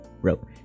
bro